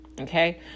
okay